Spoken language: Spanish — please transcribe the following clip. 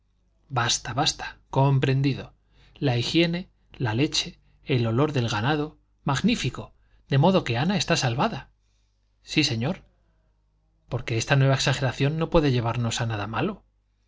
basta basta comprendido la higiene la leche el olor del ganado magnífico de modo que ana está salvada sí señor porque esta nueva exageración no puede llevarnos a nada malo